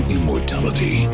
Immortality